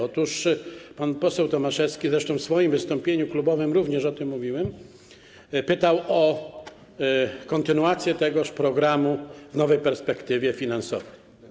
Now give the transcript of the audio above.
Otóż pan poseł Tomaszewski - zresztą w swoim wystąpieniu klubowym również o tym mówiłem - pytał o kontynuację tegoż programu w nowej perspektywie finansowej.